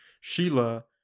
Sheila